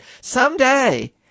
someday